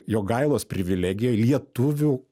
jogailos privilegijoj lietuvių